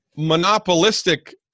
monopolistic